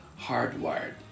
hardwired